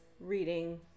reading